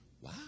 Wow